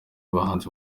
bahanzi